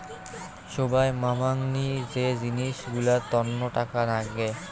সোগায় মামাংনী যে জিনিস গুলার তন্ন টাকা লাগে